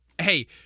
hey